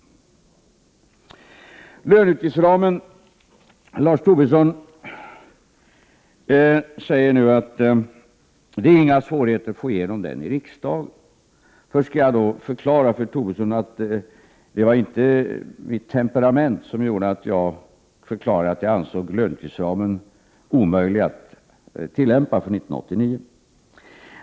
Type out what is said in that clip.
Löneoch utgiftsramen, säger Lars Tobisson, är det inga svårigheter att få igenom i riksdagen. Först skall jag då förklara för Lars Tobisson att det inte var mitt temperament som gjorde att jag uttalade att löneoch utgiftsramen var omöjlig att tillämpa för 1989.